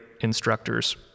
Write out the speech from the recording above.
instructors